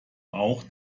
auch